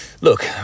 look